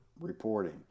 reporting